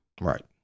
right